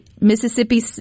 Mississippi